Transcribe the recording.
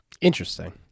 Interesting